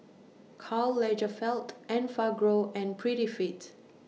Karl Lagerfeld Enfagrow and Prettyfit